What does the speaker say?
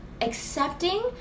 accepting